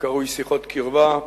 הקרוי "שיחות קרבה"